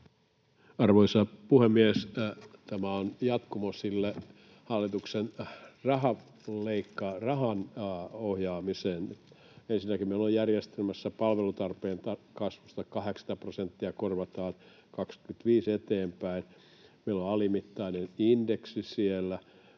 Arvoisa puhemies! Tämä on jatkumoa hallituksen rahan ohjaamiselle. Ensinnäkin meillä järjestelmässä palvelutarpeen kasvusta 80 prosenttia korvataan vuodesta 25 eteenpäin. Meillä on alimittainen indeksi siellä,